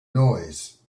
noise